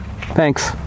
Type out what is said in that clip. Thanks